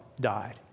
died